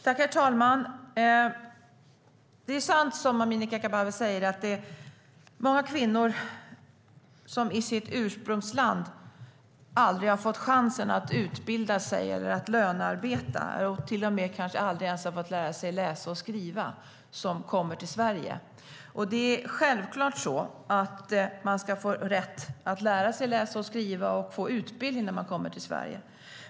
Herr talman! Det är sant som Amineh Kakabaveh säger: Det är många kvinnor som i sitt ursprungsland aldrig har fått chansen att utbilda sig, lönearbeta eller ens lära sig läsa och skriva som kommer till Sverige. Självklart ska man ha rätt att lära sig läsa och skriva och få utbildning när man kommer till Sverige.